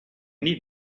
need